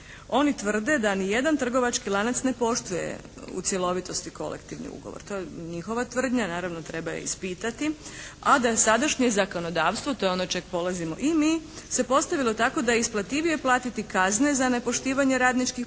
oni tvrde da nijedan trgovački lanac ne poštuje u cjelovitosti kolektivni ugovor. To je njihova tvrdnja, naravno treba je ispitati. A da je sadašnje zakonodavstvo, to je ono od čega polazimo i mi se postavilo tako da je isplativije platiti kazne za nepoštivanje radničkih